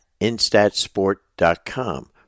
instatsport.com